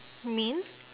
meme